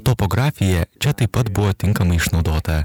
topografija čia taip pat buvo tinkamai išnaudota